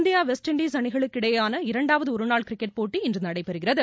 India West Indies அணிகளுக்கு இடையேயாள இரண்டாவது ஒருநாள் கிரிக்கெட் போட்டி இன்று நடைபெறுகிறது